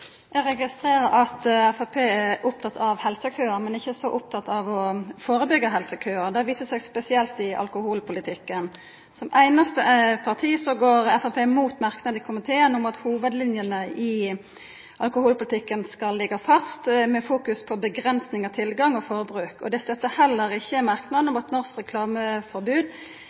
Eg registrerer at Framstegspartiet er oppteke av helsekøar, men ikkje så oppteke av å førebyggja helsekøar. Det viser seg spesielt i alkoholpolitikken. Som einaste parti går Framstegspartiet imot merknaden i komiteen om at hovudlinjene i alkoholpolitikken skal liggja fast, med fokus på avgrensing av tilgang og forbruk. Dei støttar heller ikkje merknaden om at norsk